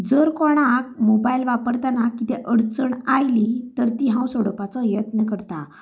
जर कोणाक मोबायल वापरतना कितें अडचण आयली तर ती हांव सोडोपाचो यत्न करतां